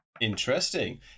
Interesting